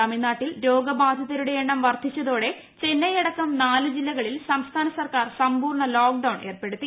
തമിഴ്നാട്ടിൽ രോഗബാധിതരുടെ എണ്ണം വർദ്ധിച്ചതോടെ ചെന്നൈ അടക്കം നാല് ജില്ലകളിൽ സംസ്ഥാന സർക്കാർ സമ്പൂർണ ലോക്ഡൌൺ ഏർപ്പെടുത്തി